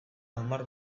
hamar